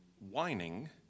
whining